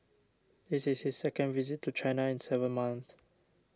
this is his second visit to China in seven months